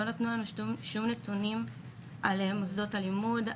לא נתנו לנו שום נתונים על מוסדות הלימוד,